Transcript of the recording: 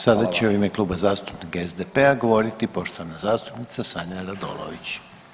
Sada će u ime Kluba zastupnika SDP-a govoriti poštovana zastupnica Sanja Radolović.